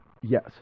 Yes